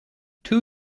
two